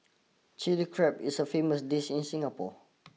Chilli Crab is a famous dish in Singapore